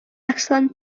excellent